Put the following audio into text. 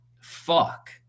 fuck